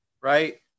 Right